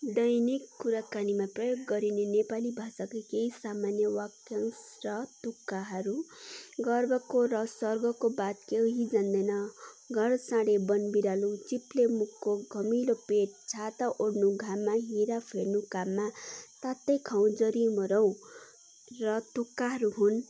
दैनिक कुराकानीमा प्रयोग गरिने नेपाली भाषाका केही सामान्य वाक्यांश र तुक्काहरू गर्भको र सर्वको बात कोही जान्दैन घर साँढे वन बिरालो चिप्ले मुखको धमिलो पेट छाता ओढ्नु घाममा हिरा फोर्नु घाममा तातै खाऊँ जली मरौँ र तुक्काहरू हुन् र तुक्काहरू